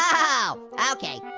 oh, okay.